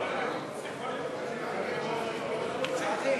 מיסוי מקרקעין (שבח ורכישה)